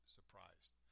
surprised